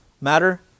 matter